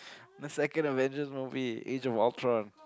the second Avengers movie Age-of-Ultron